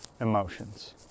emotions